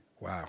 Wow